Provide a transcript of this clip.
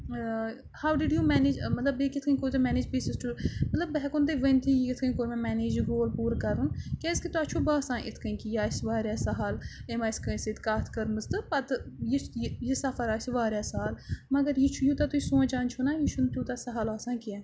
how did you manage مطلب بیٚیہِ کِتھ کٔنۍ کوٚر تۄہہِ میٚنیج پیٖسِز ٹُہ مطلب بہٕ ہٮ۪کو نہٕ تۄہہِ ؤنۍتھٕے یہِ کِتھ کٔنۍ کوٚر مےٚ میٚنیج یہِ گول پوٗرٕ کَرُن کیٛازِکہِ تۄہہِ چھُو باسان یِتھ کٔنۍ کہِ یہِ آسہِ واریاہ سَہَل أمۍ آسہِ کٲنٛسہِ سۭتۍ کَتھ کٔرمٕژ تہٕ پَتہٕ یہِ چھُ یہِ یہِ سَفَر آسہِ واریاہ سَہَل مَگر یہِ چھُ یوٗتاہ تُہۍ سونٛچان چھُو نا یہِ چھُنہٕ تیوٗتاہ سَہل آسان کینٛہہ